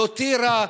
לא טירה.